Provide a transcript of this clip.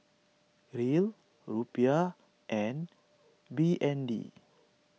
Riel Rupiah and B N D